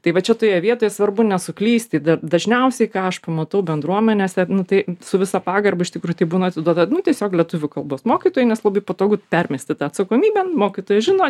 tai va čia toje vietoje svarbu nesuklysti dažniausiai ką aš pamatau bendruomenėse nu tai su visa pagarba iš tikrųjų tai būna atiduoda nu tiesiog lietuvių kalbos mokytojui nes labai patogu permesti tą atsakomybę mokytojai žino